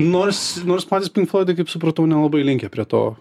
nors nors patys pink floidai kaip supratau nelabai linkę prie to